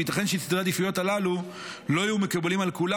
וייתכן שסדרי העדיפויות הללו לא יהיו מקובלים על כולם.